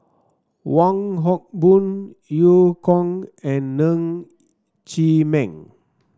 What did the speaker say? Wong Hock Boon Eu Kong and Ng Chee Meng